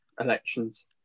elections